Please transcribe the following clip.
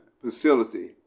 facility